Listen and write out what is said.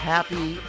Happy